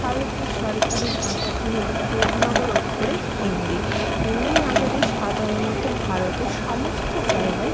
ভারতের সরকারি ভাষাটি হলো দেবনাগরী অক্ষরে হিন্দি হিন্দি ভাষাটি সাধারণত ভারতের সমস্ত জায়গায়